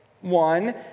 one